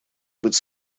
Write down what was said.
быть